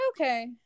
okay